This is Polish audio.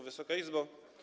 Wysoka Izbo!